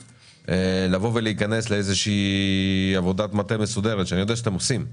לבוא ולהיכנס לאיזושהי עבודת מטה מסודרת שאני יודע שאתם עושים,